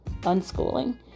unschooling